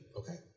okay